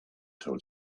told